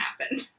happen